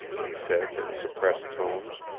he said in suppressed tones.